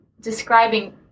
describing